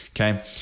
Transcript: okay